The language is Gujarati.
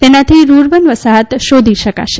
તેનાથી રૂરબન વસાહત શોધી શકાશે